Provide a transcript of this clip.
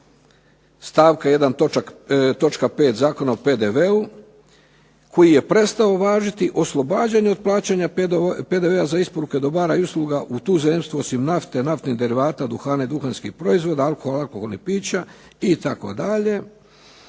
točka 5. Zakona o PDV-u koji je prestao važiti oslobađanje od plaćanja PDV-a za isporuke dobara i usluga u tuzemstvo osim nafte, naftnih derivata, duhana i duhanskih proizvoda, alkohola i alkoholnih pića itd.,